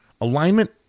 Alignment